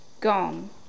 gone